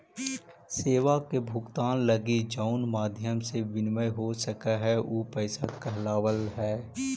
सेवा के भुगतान लगी जउन माध्यम से विनिमय हो सकऽ हई उ पैसा कहलावऽ हई